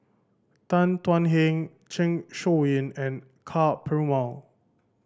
Tan Thuan Heng Zeng Shouyin and Ka Perumal